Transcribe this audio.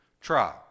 Try